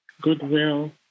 goodwill